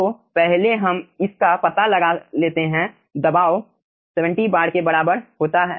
तो पहले हम इसका पता लगा लेते हैं दबाव 70 बार के बराबर होता है